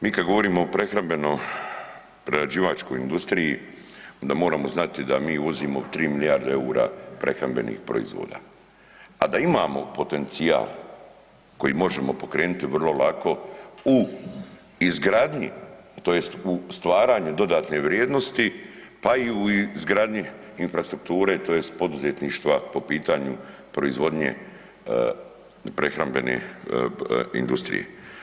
Mi kad govorimo o prehrambeno prerađivačkoj industriji onda moramo znati da mi uvozimo 3 milijarde EUR-a prehrambenih proizvoda, a da imamo potencijal koji možemo pokrenuti vrlo lako u izgradnji tj. u stvaranju dodatne vrijednosti pa i u izgradnji infrastrukture tj. poduzetništva po pitanju proizvodnje prehrambene industrije.